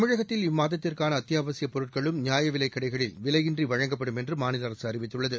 தமிழகத்தில் இம்மாதத்திற்கான அத்தியாவசியப் பொருட்களும் நியாயவிலைக் கடைகளில் விலையின்றி வழங்கப்படும் என்று மாநில அரசு அறிவித்துள்ளது